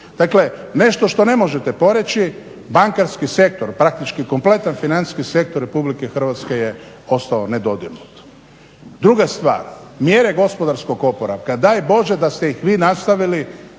nešto što ne možete poreći bankarski sektor, praktički kompletan financijski sektor Republike Hrvatske je ostao nedodirnut. Druga stvar, mjere gospodarskog oporavka, daj Bože da ste ih vi nastavili